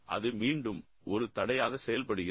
அது மீண்டும் ஒரு தடையாக செயல்படுகிறது